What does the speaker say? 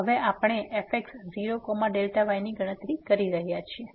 તો હવે આપણે fx0y ની ગણતરી કરી રહ્યા છીએ